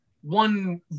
One